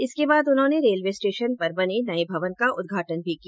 इसके बाद उन्होंने रेलवे स्टेशन पर बने नये भवन का उद्घाटन भी किया